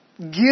give